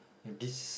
you know this